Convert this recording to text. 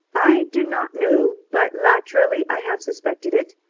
i did not know, but latterly i have suspected it.